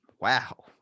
Wow